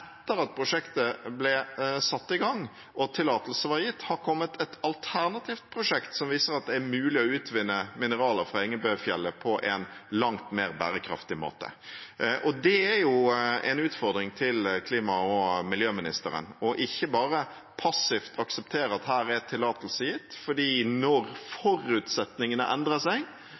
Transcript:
alternativt prosjekt som viser at det er mulig å utvinne mineraler fra Engebøfjellet på en langt mer bærekraftig måte. Og det er en utfordring til klima- og miljøministeren, å ikke bare passivt akseptere at her er tillatelse gitt, for når forutsetningene endrer seg,